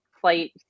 flight